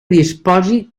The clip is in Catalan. disposi